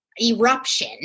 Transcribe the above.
eruption